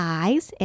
eyes